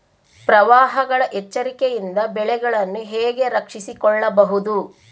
ಪ್ರವಾಹಗಳ ಎಚ್ಚರಿಕೆಯಿಂದ ಬೆಳೆಗಳನ್ನು ಹೇಗೆ ರಕ್ಷಿಸಿಕೊಳ್ಳಬಹುದು?